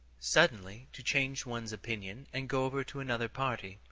suddenly to change one's opinions and go over to another party.